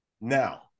Now